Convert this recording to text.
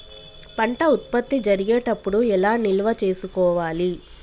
పంట ఉత్పత్తి జరిగేటప్పుడు ఎలా నిల్వ చేసుకోవాలి?